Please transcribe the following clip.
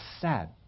sad